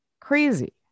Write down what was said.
Crazy